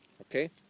okay